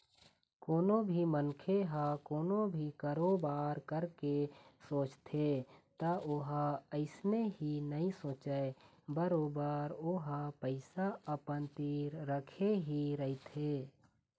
कोनो भी मनखे ह कोनो भी कारोबार करे के सोचथे त ओहा अइसने ही नइ सोचय बरोबर ओहा पइसा अपन तीर रखे ही रहिथे